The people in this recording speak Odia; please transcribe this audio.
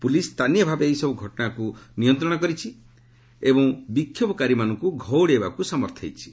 ପୁଲିସ୍ ସ୍ଥାନୀୟ ଭାବେ ଏହିସବୃ ଘଟଣାକ୍ର ନିୟନ୍ତ୍ରଣ କରିଛି ଏବଂ ବିକ୍ଷୋଭକାରୀମାନଙ୍କୁ ଘଉଡ଼ାଇବାକୁ ସମର୍ଥ ହୋଇଛି